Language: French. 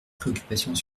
préoccupations